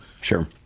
sure